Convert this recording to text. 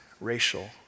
racial